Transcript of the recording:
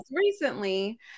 recently